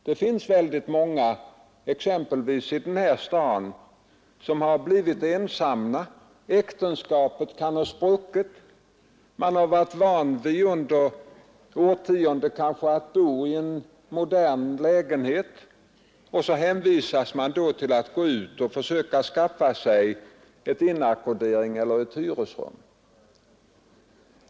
Det finns väldigt många, exempelvis i den här staden, som har blivit ensamma — äktenskapet kan ha spruckit, man har kanske sedan årtionden varit van vid att bo i en modern lägenhet, och så hänvisas man till att gå ut och försöka skaffa sig ett inackorderingseller hyresrum.